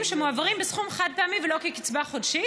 שמועברים בסכום חד-פעמי ולא כקצבה חודשית,